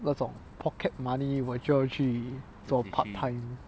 那种 pocket money 我就要去做 part time